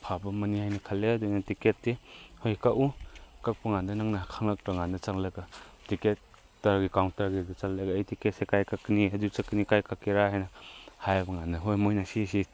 ꯐꯕ ꯑꯃꯅꯤ ꯍꯥꯏꯅ ꯈꯜꯂꯦ ꯑꯗꯨꯅ ꯇꯤꯀꯦꯠꯇꯤ ꯍꯣꯏ ꯀꯛꯎ ꯀꯛꯄ ꯀꯥꯟꯗ ꯅꯪꯅ ꯈꯪꯂꯛꯇ꯭ꯔ ꯀꯥꯟꯗ ꯆꯠꯂꯒ ꯇꯤꯀꯦꯠ ꯇꯔꯒꯤ ꯀꯥꯎꯟꯇꯔꯒꯤꯗ ꯆꯠꯂꯒ ꯇꯤꯀꯦꯠꯁꯦ ꯀꯥꯏ ꯀꯛꯀꯅꯤ ꯑꯗꯨ ꯆꯠꯀꯅꯤ ꯀꯥꯏ ꯀꯛꯀꯦꯔꯥ ꯍꯥꯏꯅ ꯍꯥꯏꯕ ꯀꯥꯟꯗ ꯍꯣꯏ ꯃꯣꯏꯅ ꯁꯤ ꯁꯤ